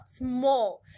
more